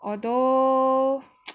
although